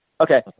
Okay